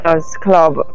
club